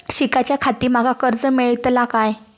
शिकाच्याखाती माका कर्ज मेलतळा काय?